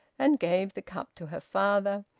and gave the cup to her father,